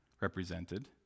represented